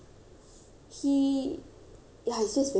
ya it's just very difficult lah it's very very difficult